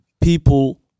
people